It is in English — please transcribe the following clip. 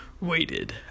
waited